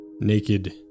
naked